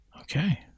Okay